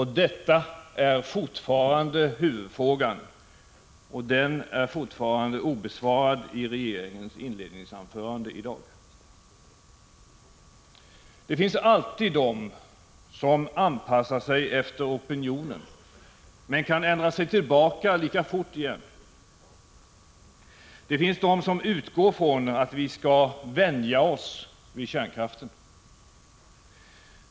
Detta är fortfarande huvudfrågan, och den är ännu obesvarad efter regeringens deklaration i inledningsanförandet i dag. Det finns alltid de som anpassar sig efter opinionen men kan ändra sig tillbaka lika fort igen. Det finns de som utgår från att vi skall ”vänja oss” vid kärnkraften.